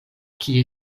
kie